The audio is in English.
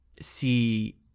see